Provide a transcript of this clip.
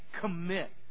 commit